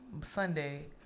Sunday